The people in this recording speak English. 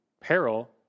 peril